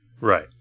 Right